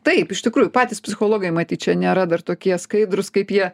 taip iš tikrųjų patys psichologai matyt čia nėra dar tokie skaidrūs kaip jie